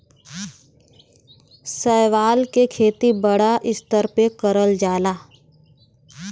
शैवाल के खेती बड़ा स्तर पे करल जाला